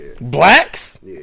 blacks